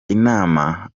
inama